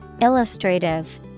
Illustrative